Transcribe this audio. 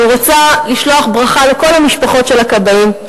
אני רוצה לשלוח ברכה לכל המשפחות של הכבאים,